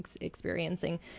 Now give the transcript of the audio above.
experiencing